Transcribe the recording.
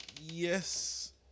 Yes